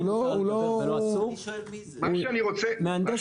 את מי הוא מייצג?